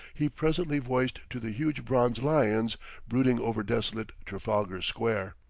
he presently voiced to the huge bronze lions brooding over desolate trafalgar square.